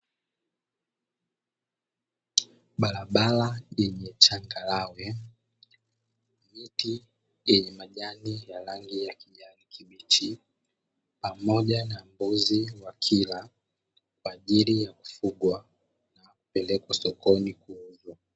Barabara yenye changarawe, miti yenye majani ya rangi ya kijani kibichi, pamoja na mbuzi wakila, kwa ajili ya kufugwa na kupelekwa sokoni kuuzwa.